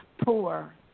poor